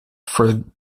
for